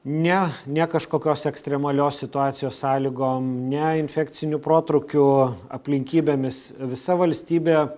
ne ne kažkokios ekstremalios situacijos sąlygom ne infekciniu protrūkiu aplinkybėmis visa valstybė